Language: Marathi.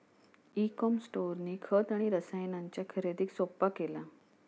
ई कॉम स्टोअरनी खत आणि रसायनांच्या खरेदीक सोप्पा केला